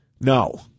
No